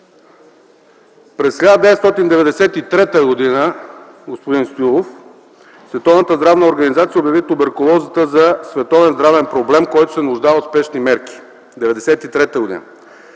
През 1993 г., господин Стоилов, Световната здравна организация обяви туберкулозата за световен здравен проблем, който се нуждае от спешни мерки. Хиляда